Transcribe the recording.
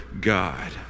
God